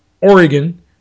Oregon